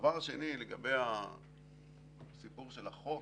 דבר שני, לגבי הסיפור של החוק,